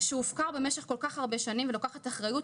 שהופקר במשך כל כך הרבה שנים ולוקחת אחריות